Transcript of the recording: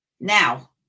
Now